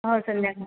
हो संध्या